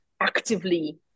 actively